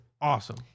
awesome